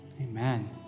Amen